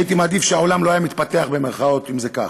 הייתי מעדיף שהעולם לא היה "מתפתח", אם זה כך,